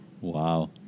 Wow